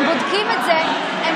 הם בודקים את זה, רגע, שנייה, שנייה.